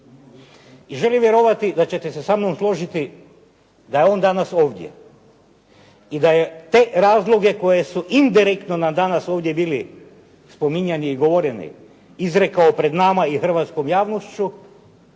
I želim vjerovati da ćete sa mnom složiti da je on danas ovdje i da je te razloge koji su indirektno nam danas ovdje bili spominjani i govoreni, izrekao pred nama i hrvatskom javnošću